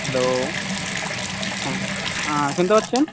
hello হ্যাঁ শুনতে পাচ্ছেন